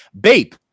Bape